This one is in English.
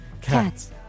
Cats